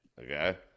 okay